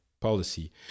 policy